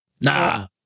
Nah